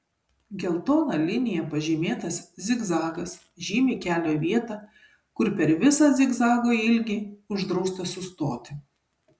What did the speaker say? geltona linija pažymėtas zigzagas žymi kelio vietą kur per visą zigzago ilgį uždrausta sustoti